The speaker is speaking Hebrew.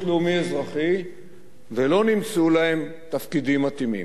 לאומי-אזרחי ולא נמצאו להם תפקידים מתאימים.